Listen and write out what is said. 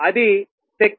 అది శక్తి